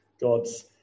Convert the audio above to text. God's